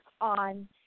on